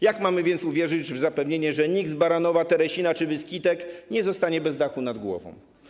Jak mamy więc uwierzyć w zapewnienie, że nikt z Baranowa, Teresina czy Wiskitek nie zostanie bez dachu nad głową?